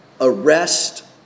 arrest